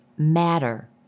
matter